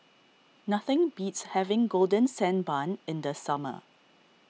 nothing beats having Golden Sand Bun in the summer